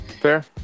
Fair